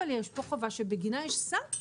אבל יש פה חובה שבגינה יש סנקציה.